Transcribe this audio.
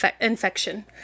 infection